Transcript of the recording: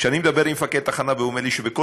כשאני מדבר עם מפקד תחנה והוא אומר לי שבכל